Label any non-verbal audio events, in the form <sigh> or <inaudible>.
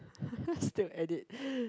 <laughs> still at it